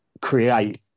create